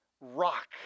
rock